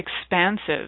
expansive